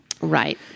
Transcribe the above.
Right